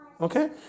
Okay